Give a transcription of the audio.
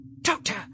Doctor